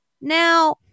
Now